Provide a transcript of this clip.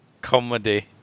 Comedy